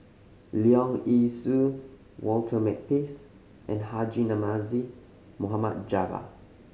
Leong Yee Soo Walter Makepeace and Haji Namazie Mohd Java